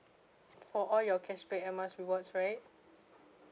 for all your cashback air miles rewards right